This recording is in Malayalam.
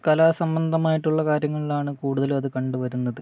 കലാ സംബന്ധമായിട്ടുള്ള കാര്യങ്ങളിലാണ് കൂടുതലും അത് കണ്ടുവരുന്നത്